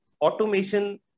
automation